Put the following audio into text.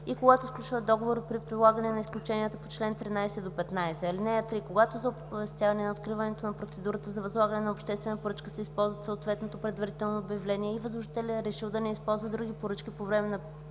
и когато сключват договори при прилагане на изключенията по чл. 13-15. (3) Когато за оповестяване на откриването на процедура за възлагане на обществена поръчка се използва съответното предварително обявление и възложителят е решил да не възлага други поръчки по време на